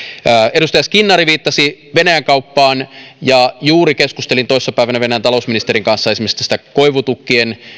edustaja skinnari viittasi venäjän kauppaan juuri keskustelin toissa päivänä venäjän talousministerin kanssa esimerkiksi tästä koivutukkien